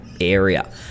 area